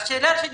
השאלה היא: